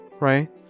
right